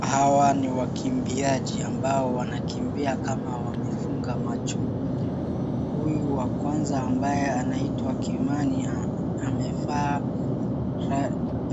Hawa ni wakimbiaji ambao wanakimbia kama wamefunga macho. Huyu wa kwanza ambaye anaitwa Kimani amevaa